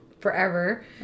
forever